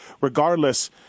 regardless